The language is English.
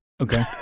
Okay